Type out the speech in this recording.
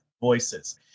voices